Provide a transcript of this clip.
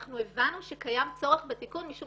אנחנו הבנו שקיים צורך בתיקון משום